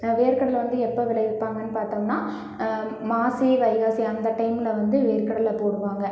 வேர்க்கடலை வந்து எப்போ விளைவிப்பாங்கன்னு பார்த்தோம்னா மாசி வைகாசி அந்த டைமில் வந்து வேர்க்கடலை போடுவாங்க